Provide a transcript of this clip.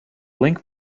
link